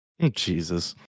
Jesus